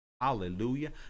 Hallelujah